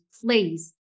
please